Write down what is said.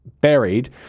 buried